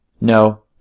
No